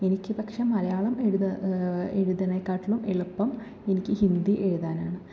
എനിക്ക് പക്ഷേ മലയാളം എഴുതണേ കാട്ടിലും എളുപ്പം എനിക്ക് ഹിന്ദി എഴുതാനാണ്